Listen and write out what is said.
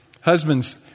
husbands